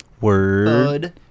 Word